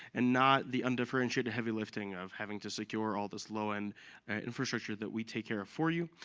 and not the undifferentiated heavy lifting of having to secure all this low-end infrastructure that we take care of for you.